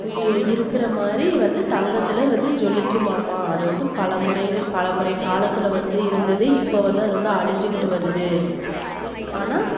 உயி இருக்கிற மாதிரி வந்து தங்கத்தில் வந்து ஜொலிக்குமாமா அது வந்து பல முறைகள் பல முறை காலத்தில் வந்து இருந்தது இப்போ வந்து அது வந்து அழிஞ்சிக்கிட்டு வருது ஆனால்